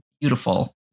beautiful